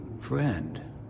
friend